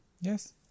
Yes